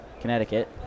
Connecticut